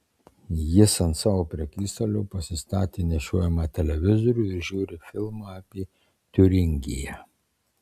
jis ant savo prekystalio pasistatė nešiojamą televizorių ir žiūri filmą apie tiuringiją